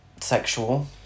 sexual